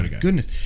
goodness